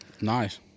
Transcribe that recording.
Nice